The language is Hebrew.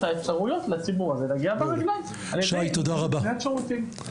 הזה את האפשרות להגיע ברגליו על ידי בניית שירותים.